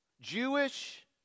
Jewish